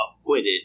acquitted